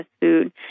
food